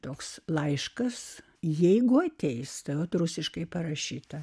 toks laiškas jeigu ateis tavo rusiškai parašyta